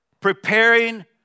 preparing